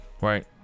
right